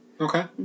Okay